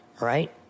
right